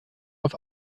auf